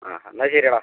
ആ എന്നാൽ ശരിയെടാ